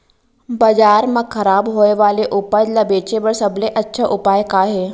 बाजार मा खराब होय वाले उपज ला बेचे बर सबसे अच्छा उपाय का हे?